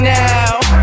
now